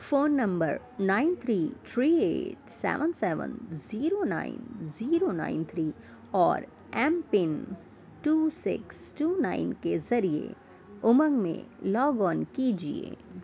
phone number nine three three eight seven seven zero nine zero nine three اور M pin two six two nine کے ذریعے امنگ میں log on کیجیے